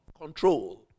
control